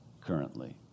currently